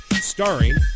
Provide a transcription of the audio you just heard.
starring